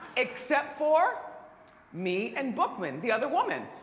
except for me and bookman, the other woman.